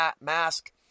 Mask